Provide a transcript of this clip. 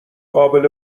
قابل